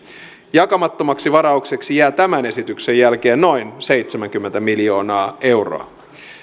jakamattomaksi varaukseksi jää tämän esityksen jälkeen noin seitsemänkymmentä miljoonaa euroa